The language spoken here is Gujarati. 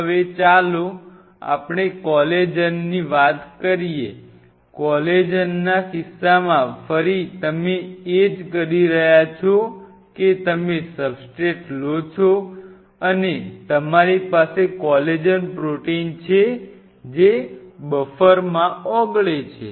હવે ચાલો આપણે કોલેજનની વાત કરીએ કોલેજનના કિસ્સામાં ફરી તમે એ જ કરી રહ્યા છો કે તમે સબસ્ટ્રેટ લો છો અને તમારી પાસે કોલેજન પ્રોટીન છે જે બફરમાં ઓગાળો છો